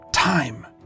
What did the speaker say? Time